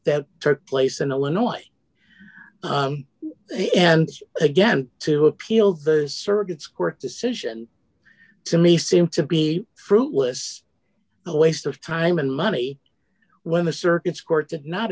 that took place in illinois and again to appeal those circuits court decision to me seem to be fruitless a waste of time and money when the circu